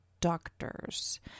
doctors